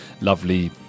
lovely